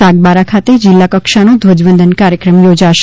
સાગબારા ખાતે જીલ્લા કક્ષાનો ધ્વજવંદન કાર્યક્રમ યોજાશે